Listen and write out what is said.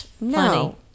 no